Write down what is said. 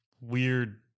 weird